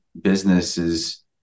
businesses